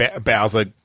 Bowser